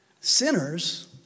Sinners